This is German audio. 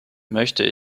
möchte